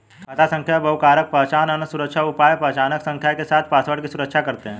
खाता संख्या बहुकारक पहचान, अन्य सुरक्षा उपाय पहचान संख्या के साथ पासवर्ड की सुरक्षा करते हैं